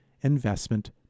investment